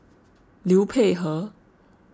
Liu Peihe